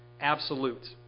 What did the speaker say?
absolute